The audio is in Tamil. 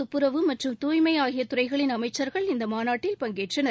துப்புரவு மற்றும் தூய்மை ஆகிய துறைகளின் அமைச்சர்கள் இந்த மாநாட்டில் பங்கேற்றனர்